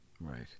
Right